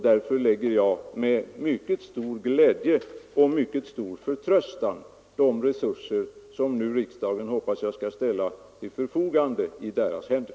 Därför lägger jag med stor glädje och förtröstan de resurser, som jag hoppas att riksdagen nu skall lämna oss, i deras händer.